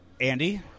Andy